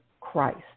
Christ